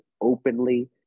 openly